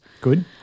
Good